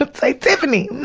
ah say tiffany